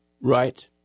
right